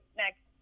next